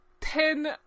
ten